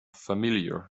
familiar